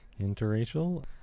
interracial